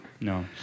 No